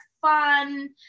fun